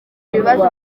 ibibazo